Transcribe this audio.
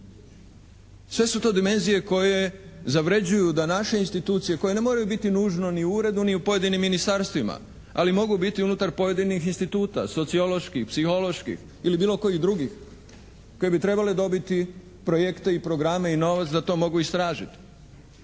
Sve su to dimenzije koje zavređuju da naše institucije koje ne moraju biti nužno ni u uredu ni u pojedinim ministarstvima, ali mogu biti unutar pojedinih instituta, socioloških, psiholoških ili bilo kojih drugih koji bi trebale dobiti projekte i programe i novac da to mogu istražiti